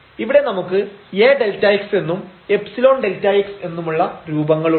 ഇവിടെ നമുക്ക് AΔx എന്നും ϵΔx എന്നുമുള്ള രൂപങ്ങളുണ്ട്